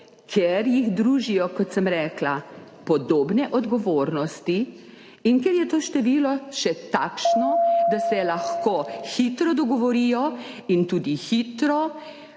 ker jih družijo, kot sem rekla, podobne odgovornosti in ker je to število še takšno, da se lahko hitro dogovorijo in tudi hitro